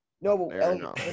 No